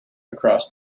across